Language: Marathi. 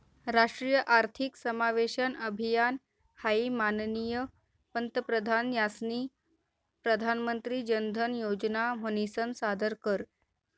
राष्ट्रीय आर्थिक समावेशन अभियान हाई माननीय पंतप्रधान यास्नी प्रधानमंत्री जनधन योजना म्हनीसन सादर कर